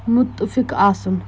مُتفِق آسُن